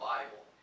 Bible